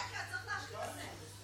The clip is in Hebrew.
רגע, צריך להשלים את זה.